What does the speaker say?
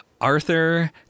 Arthur